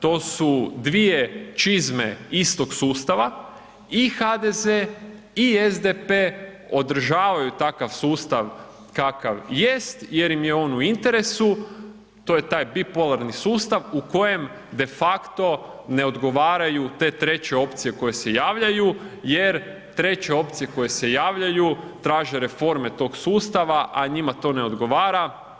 To su dvije čizme istog sustava i HDZ i SDP održavaju takav sustav kakav jest jer im je on u interesu, to je taj bipolarni sustav u kojem de facto ne odgovaraju te treće opcije koje se javljaju jer treće opcije koje se javljaju traže reforme tog sustava, a njima to ne odgovara.